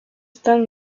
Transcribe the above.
están